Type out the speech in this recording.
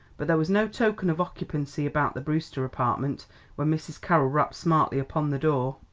but there was no token of occupancy about the brewster apartment when mrs. carroll rapped smartly upon the door.